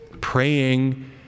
praying